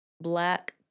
Black